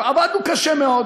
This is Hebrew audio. עבדנו קשה מאוד,